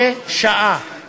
כשעה,